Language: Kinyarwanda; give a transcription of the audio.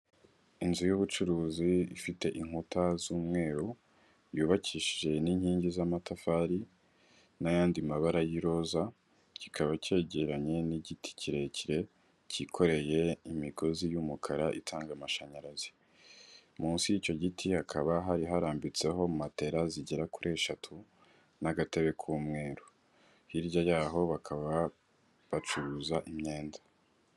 Inzu yu'ubucuruzi ifite inkuta z'umweru, yubakishije n'inkingi za matafari, n'ayandi mabara yiroza kikaba kegeranye nigiti kirekire kikoreye imigozi y'umukara itanga amashanyarazi, munsi y'icyo giti hakaba hari harambititse matora zigera kuri eshatu n'agatebe k'umweru